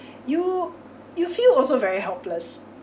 you you feel also very helpless